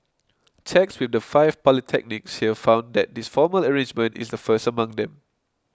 checks with the five polytechnics here found that this formal arrangement is the first among them